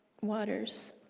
waters